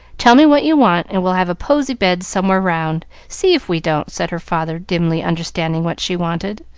tell me what you want, and we'll have a posy bed somewhere round, see if we don't, said her father, dimly understanding what she wanted.